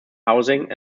housing